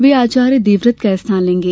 वे आचार्य देवव्रत का स्थान लेंगे